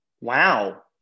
wow